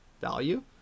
value